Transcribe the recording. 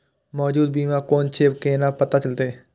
मौजूद बीमा कोन छे केना पता चलते?